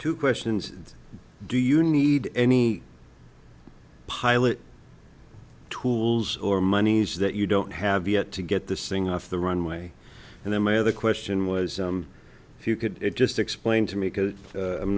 two questions do you need any pilot tools or moneys that you don't have yet to get this thing off the runway and then my other question was if you could just explain to me because